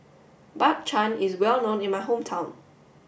Bak Chang is well known in my hometown